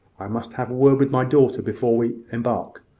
i must have a word with my daughter before we embark.